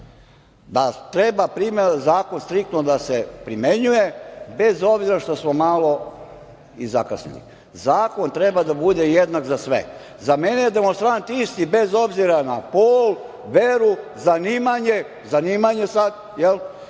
da treba primena, striktno zakon da se primenjuje bez obzira što smo malo i zakasnili. Zakon treba da bude jednak za sve, za mene su demonstranti isti bez obzira na pol, veru, zanimanje, zanimanje sada jel?